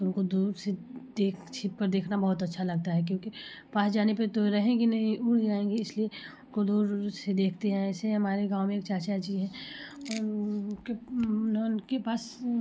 तो उनको दूर से देख छिप कर देखना बहुत अच्छा लगता है क्योंकि पास जाने पर तो रहेंगी नहीं उड़ जायेंगी इसलिये को दूर दूर से देखते हैं ऐसे हमारे गांव में एक चाचाजी हैं उनके न उनके पास